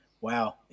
wow